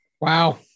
wow